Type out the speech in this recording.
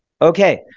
Okay